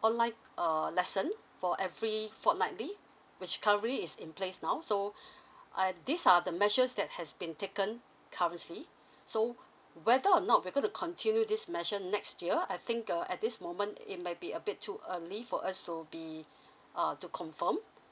online err lesson for every fortnightly which currently is in place now so uh these are the measures that has been taken currently so whether or not we going to continue this measure next year I think uh at this moment it might be a bit too early for us to be uh to confirm